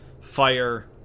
fire